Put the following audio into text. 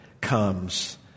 comes